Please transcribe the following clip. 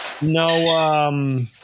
no